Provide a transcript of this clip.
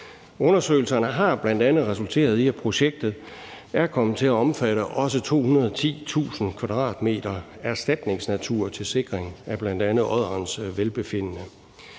Undersøgelserne har bl.a. resulteret i, at projektet er kommet til at omfatte også 210.000 m² erstatningsnatur til sikring af bl.a. odderens velbefindende.